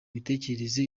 mitekerereze